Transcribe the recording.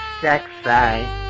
sexy